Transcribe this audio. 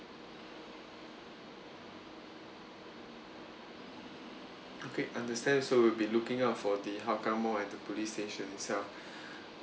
okay understand so we'll be looking out for the hougang mall at the police station itself